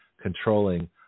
controlling